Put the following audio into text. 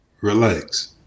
relax